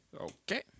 Okay